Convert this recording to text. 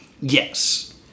Yes